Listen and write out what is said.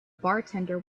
bartender